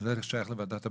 זה שייך לוועדת הבריאות.